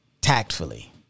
tactfully